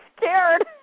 scared